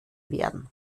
werden